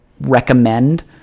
recommend